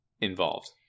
involved